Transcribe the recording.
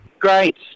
Great